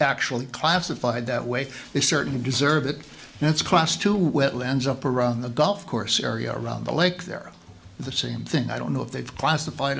actually classified that way they certainly deserve it and it's class to wetlands up around the golf course area around the lake there the same thing i don't know if they've classified